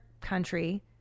country